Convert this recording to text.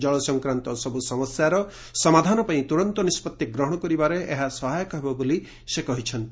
ଜଳ ସଂକ୍ରାନ୍ତ ସବୁ ସମସ୍ୟାର ସମାଧାନ ପାଇଁ ତୁରନ୍ତ ନିଷ୍ପଭି ଗ୍ରହଣ କରିବାରେ ଏହା ସହାୟକ ହେବ ବୋଲି ସେ କହିଛନ୍ତି